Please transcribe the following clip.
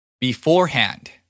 Beforehand